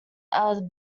are